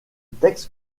texte